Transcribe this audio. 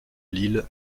l’île